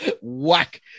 Whack